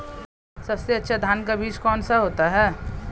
सबसे अच्छा धान का बीज कौन सा होता है?